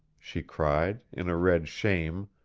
she cried, in a red shame.